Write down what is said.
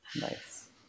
Nice